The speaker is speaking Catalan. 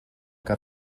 que